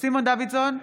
סימון דוידסון,